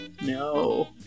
No